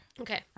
Okay